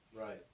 Right